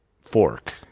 fork